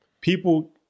people